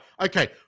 Okay